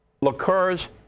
liqueurs